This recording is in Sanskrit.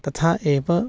तथा एव